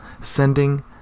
sending